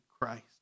Christ